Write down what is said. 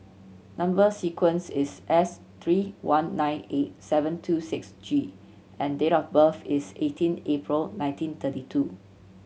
number sequence is S three one nine eight seven two six G and date of birth is eighteen April nineteen thirty two